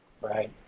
Right